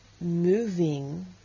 moving